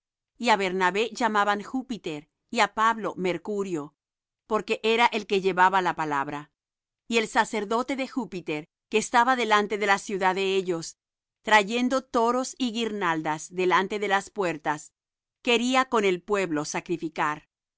á bernabé llamaban júpiter y á pablo mercurio porque era el que llevaba la palabra y el sacerdote de júpiter que estaba delante de la ciudad de ellos trayendo toros y guirnaldas delante de las puertas quería con el pueblo sacrificar